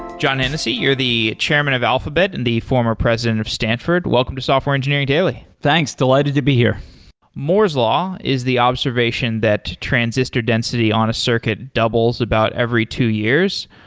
john hennessy, you're the chairman of alphabet and the former president of stanford. welcome to software engineering daily thanks. delighted to be here moore's law is the observation observation that transistor density on a circuit doubles about every two years.